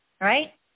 right